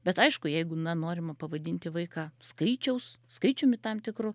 bet aišku jeigu na norima pavadinti vaiką skaičiaus skaičiumi tam tikru